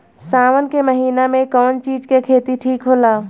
सावन के महिना मे कौन चिज के खेती ठिक होला?